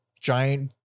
giant